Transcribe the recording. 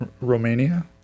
romania